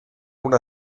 una